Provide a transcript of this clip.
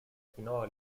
finora